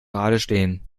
geradestehen